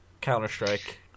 Counter-Strike